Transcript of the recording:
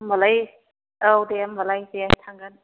होनब्लालाय औ दे होनब्लालाय दे थांगोन